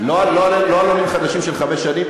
לא --- לא על עולים חדשים של חמש שנים,